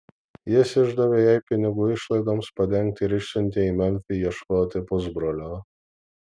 jis išdavė jai pinigų išlaidoms padengti ir išsiuntė į memfį ieškoti pusbrolio